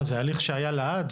אז מה זה הליך שהיה לעד?